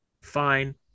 fine